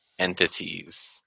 Entities